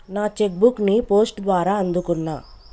నా cheque book ని post ద్వారా అందుకున్నా